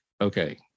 okay